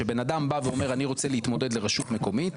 כשבן אדם בא ואומר: אני רוצה להתמודד לרשות מקומית,